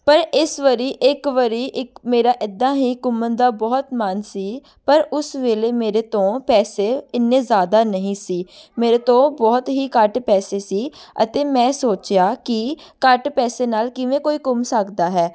ਪਰ ਇਸ ਵਾਰ ਇੱਕ ਵਾਰ ਇੱਕ ਮੇਰਾ ਇੱਦਾਂ ਹੀ ਘੁੰਮਣ ਦਾ ਬਹੁਤ ਮਨ ਸੀ ਉਸ ਵੇਲੇ ਮੇਰੇ ਤੋਂ ਪੈਸੇ ਇੰਨੇ ਜ਼ਿਆਦਾ ਨਹੀਂ ਸੀ ਮੇਰੇ ਤੋਂ ਉਹ ਬਹੁਤ ਹੀ ਘੱਟ ਪੈਸੇ ਸੀ ਅਤੇ ਮੈਂ ਸੋਚਿਆ ਕਿ ਘੱਟ ਪੈਸੇ ਨਾਲ ਕਿਵੇਂ ਕੋਈ ਘੁੰਮ ਸਕਦਾ ਹੈ